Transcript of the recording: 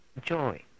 joy